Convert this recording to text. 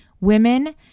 Women